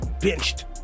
benched